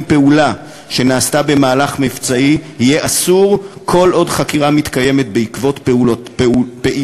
פעולה שנעשתה במהלך מבצעי יהיה אסור כל עוד חקירה מתקיימת בעקבות פעילותו,